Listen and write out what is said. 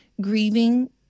grieving